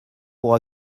pour